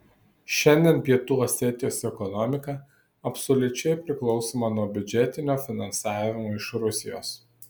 šiandien pietų osetijos ekonomika absoliučiai priklausoma nuo biudžetinio finansavimo iš rusijos